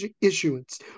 issuance